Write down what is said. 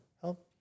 help